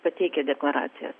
pateikę deklaracijas